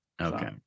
Okay